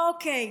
אוקיי.